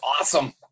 awesome